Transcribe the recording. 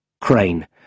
Crane